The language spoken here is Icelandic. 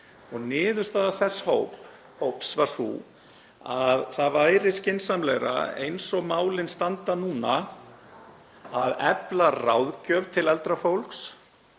Niðurstaða þess hóps var sú að það væri skynsamlegra, eins og málin standa núna, að efla ráðgjöf til eldra fólks